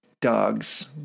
dogs